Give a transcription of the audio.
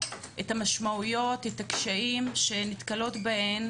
את המשמעויות, את הקשיים שנתקלות ונתקלים בהם